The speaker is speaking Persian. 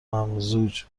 ممزوج